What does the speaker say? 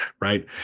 right